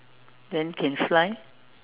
then can fly